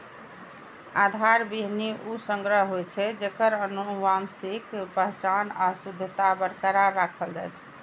आधार बीहनि ऊ संग्रह होइ छै, जेकर आनुवंशिक पहचान आ शुद्धता बरकरार राखल जाइ छै